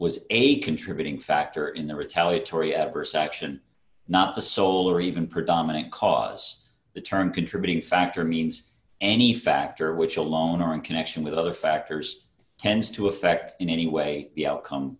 was a contributing factor in the retaliatory adverse action not the sole or even predominant cause the term contributing factor means any factor which alone or in connection with other factors tends to affect in any way the outcome